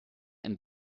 and